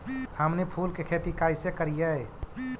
हमनी फूल के खेती काएसे करियय?